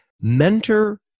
mentor